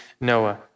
Noah